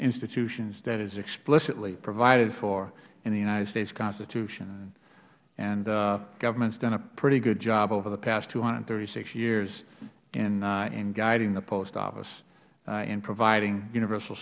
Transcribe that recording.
institutions that is explicitly provided for in the united states constitution government has done a pretty good job over the past two hundred and thirty six years in guiding the post office in providing universal